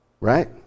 Right